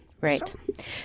Right